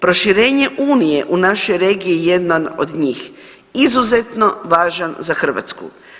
Proširenje Unije u našoj regiji je jedan od njih, izuzetno važan za Hrvatsku.